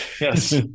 Yes